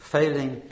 failing